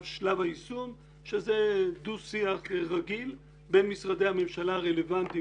שלב היישום שזה דו שיח רגיל בין משרדי הממשלה הרלוונטיים